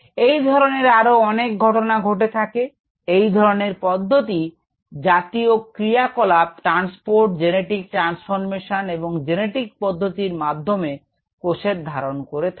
এই ধরনের আরো অনেক ঘটনা ঘটে থাকে এই ধরনের পদ্ধতি জাতীয় ক্রিয়া কলাপ ট্রান্সপোর্ট জেনেটিক ট্রান্সফরমেশন এবং জেনেটিক পদ্ধতির মাধ্যমে কোষের ধারণ করে থাকে